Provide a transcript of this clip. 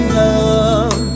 love